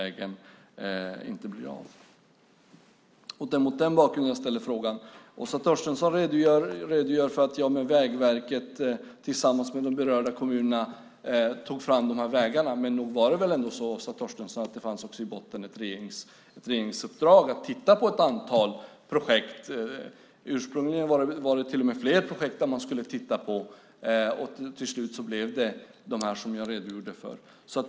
Det är mot den bakgrunden jag ställde frågan. Åsa Torstensson redogör för att jag tillsammans med Vägverket och de berörda kommunerna tog fram de här vägarna. Men nog var det väl ändå så, Åsa Torstensson, att det också i botten fanns ett regeringsuppdrag att titta på ett antal projekt? Ursprungligen var det till och med fler projekt man skulle titta på. Till slut blev det de som jag redogjorde för.